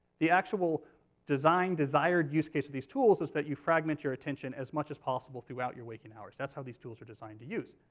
the actual designed desired-use case of these tools is that you fragment your attention as much as possible throughout your waking hours that's how these tools are designed to use.